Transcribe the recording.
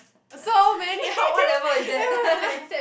so many